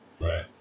right